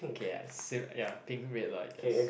okay uh ya pink red lah I guess